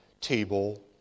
table